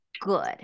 good